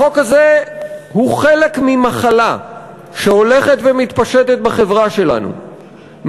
החוק הזה הוא חלק ממחלה שהולכת ומתפשטת בחברה שלנו,